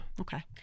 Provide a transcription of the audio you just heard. Okay